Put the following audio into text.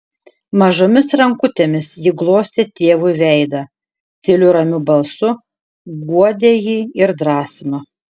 mažomis rankutėmis ji glostė tėvui veidą tyliu ramiu balsu guodė jį ir drąsino